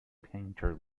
painter